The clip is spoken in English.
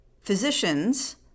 physicians